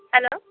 hello